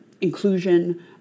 inclusion